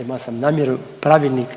imao sam namjeru, Pravilnik